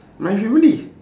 my family